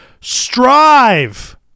Strive